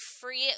free